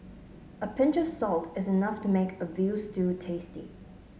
a pinch of salt is enough to make a veal stew tasty